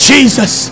Jesus